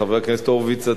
חבר כנסת הורוביץ,